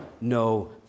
no